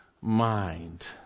mind